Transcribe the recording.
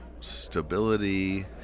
stability